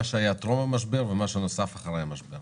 מה שהיה טרום המשבר ומה שנוסף אחרי המשבר.